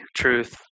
truth